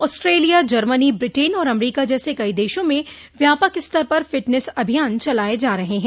Australia Germany Britain और America जैसे कई देशों में व्यापक स्तर पर फिटनेस अभियान चलाए जा रहे हैं